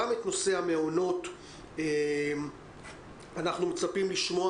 גם בנושא המעונות אנחנו מצפים לשמוע